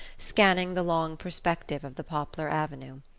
scanning the long perspective of the poplar avenue.